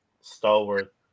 stalwart